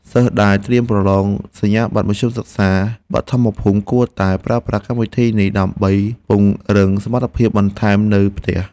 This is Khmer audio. សិស្សដែលត្រៀមប្រឡងសញ្ញាបត្រមធ្យមសិក្សាបឋមភូមិគួរតែប្រើប្រាស់កម្មវិធីនេះដើម្បីពង្រឹងសមត្ថភាពបន្ថែមនៅផ្ទះ។